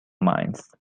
minds